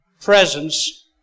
presence